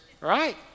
Right